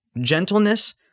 gentleness